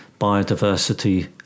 biodiversity